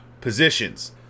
positions